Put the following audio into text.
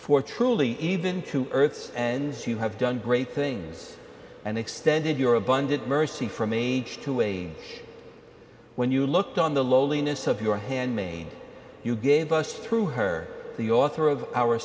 for truly even to earth and as you have done great things and extended your abundant mercy from a to a when you looked on the lowliness of your handmaid you gave us through her the author of our